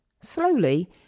Slowly